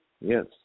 Yes